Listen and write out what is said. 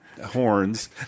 Horns